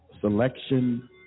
selection